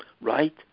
right